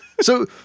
So-